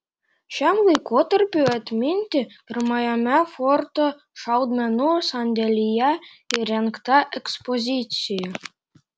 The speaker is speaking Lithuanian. šiam laikotarpiui atminti pirmajame forto šaudmenų sandėlyje įrengta ekspozicija